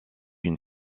une